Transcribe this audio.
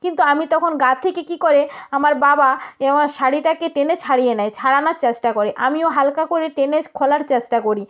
কিন্তু আমি তখন গা থেকে কী করে আমার বাবা এ আমার শাড়িটাকে টেনে ছাড়িয়ে নেয় ছাড়ানোর চেষ্টা করে আমিও হালকা করে টেনে খোলার চেষ্টা করি